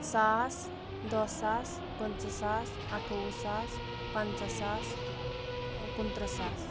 ساس دَہ ساس پنٛژٕہ ساس اَٹھووُہ ساس پنٛژاہ ساس ٲں کُنتٕرٛہ ساس